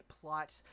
plot